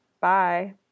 Bye